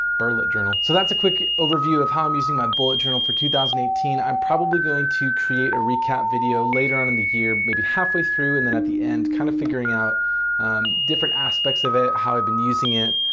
burlet journal? so that's a quick overview of how i'm using my bullet journal for two thousand and eighteen. i'm probably going to create a recap video later on in the year, maybe halfway through, and then at the end. kind of figuring out different aspects of it how i've been using it,